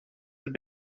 have